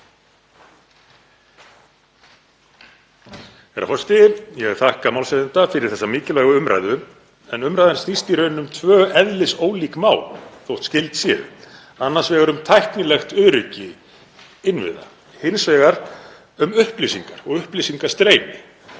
Herra forseti. Ég vil þakka málshefjanda fyrir þessa mikilvægu umræðu. Umræðan snýst í raun um tvö eðlisólík mál þótt skyld séu, annars vegar um tæknilegt öryggi innviða og hins vegar um upplýsingar og upplýsingastreymi.